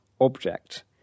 object